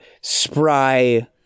spry